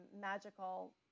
magical